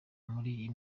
muri